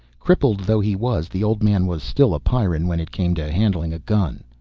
crippled though he was, the old man was still a pyrran when it came to handling a gun.